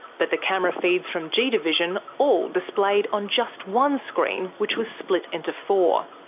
but the camera feeds from g division all displayed on just one screen, which was split into four.